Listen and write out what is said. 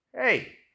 hey